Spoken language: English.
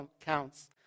counts